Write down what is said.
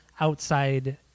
outside